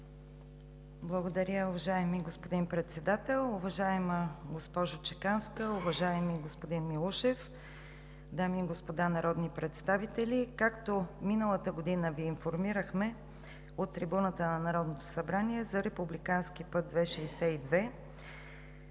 Благодаря, уважаеми господин Председател. Уважаема госпожо Чеканска, уважаеми господин Милушев, дами и господа народни представители! Както Ви информирахме миналата година от трибуната на Народното събрание, за републиканския път ΙΙ-62